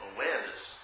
Awareness